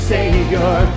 Savior